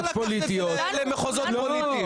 הוא לא יכול לקחת את זה למחוזות פוליטיים.